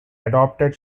adopted